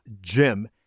Jim